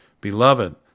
Beloved